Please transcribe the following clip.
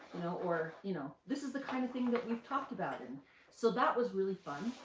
or you know this is the kind of thing that we've talked about. and so that was really fun.